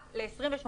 רק ל-28